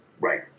right